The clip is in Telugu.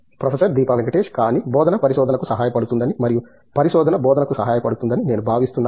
ప్రొఫెసర్ దీపా వెంకటేష్ కానీ బోధన పరిశోధనకు సహాయపడుతుందని మరియు పరిశోధన బోధనకు సహాయపడుతుందని నేను భావిస్తున్నాను